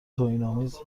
توهینآمیز